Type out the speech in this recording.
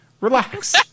relax